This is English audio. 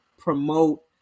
promote